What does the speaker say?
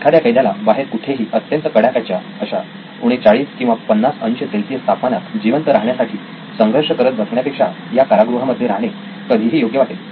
एखाद्या कैद्याला बाहेर कुठेतरी अत्यंत कडाक्याच्या अशा उणे 40 किंवा 50 अंश सेल्सिअस तापमानात जिवंत राहण्यासाठी संघर्ष करत बसण्यापेक्षा या कारागृहामध्ये राहणे कधीही योग्य वाटेल